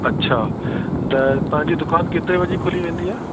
अच्छा त तव्हांजी दुकान केतिरे वॼे खुली वेंदी आहे